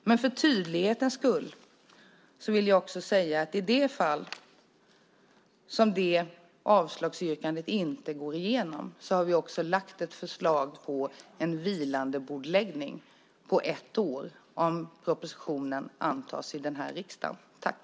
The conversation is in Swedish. Men för tydlighetens skull vill jag också säga att vi om avslagsyrkandet inte går igenom och propositionen antas av riksdagen har ett förslag om bordläggning, om att förslaget får vara vilande under ett år.